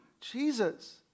Jesus